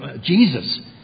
Jesus